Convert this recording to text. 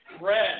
Red